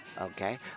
okay